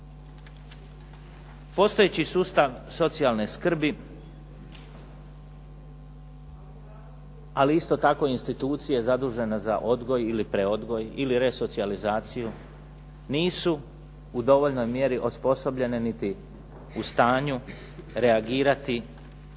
postojeći sustav socijalne skrbi, ali isto tako institucije zadužene za odgoj ili preodgoj ili resocijalizaciju nisu u dovoljnoj mjeri osposobljene niti u stanju reagirati